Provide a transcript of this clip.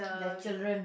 there children